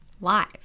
live